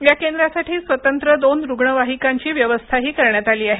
या केंद्रासाठी स्वतंत्र दोन रूग्णवाहीकां व्यवस्थाही करण्यात आली आहे